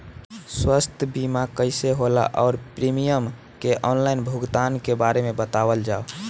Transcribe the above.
स्वास्थ्य बीमा कइसे होला और प्रीमियम के आनलाइन भुगतान के बारे में बतावल जाव?